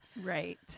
Right